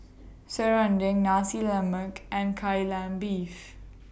Serunding Nasi Lemak and Kai Lan Beef